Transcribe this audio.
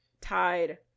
tied